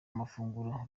amafunguro